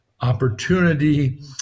opportunity